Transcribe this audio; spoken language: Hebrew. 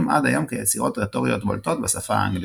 עד היום כיצירות רטוריות בולטות בשפה האנגלית.